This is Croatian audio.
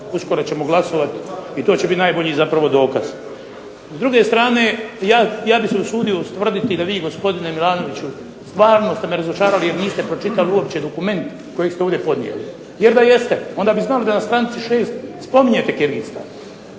uskoro ćemo glasovati i to će biti najbolji zapravo dokaz. S druge strane ja bih se usudio ustvrditi da vi gospodine Milanoviću stvarno ste me razočarali, jer niste pročitali uopće dokument kojeg ste ovdje podnijeli. Jer da jeste onda bi znali da na stranici 6. spominjete Kirgistan.